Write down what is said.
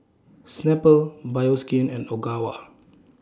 Snapple Bioskin and Ogawa